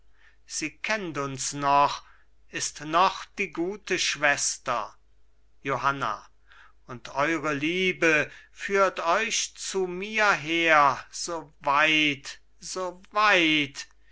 sie kennt uns noch ist noch die gute schwester johanna und eure liebe führt euch zu mir her so weit so weit